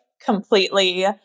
completely